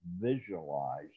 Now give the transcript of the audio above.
visualize